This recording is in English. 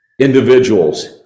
individuals